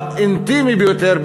האינטימי ביותר,